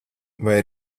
vai